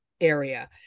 area